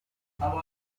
nk’uko